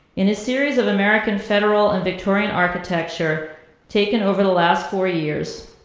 in his series of american federal and victorian architecture taken over the last four years,